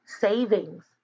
Savings